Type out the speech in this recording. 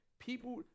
People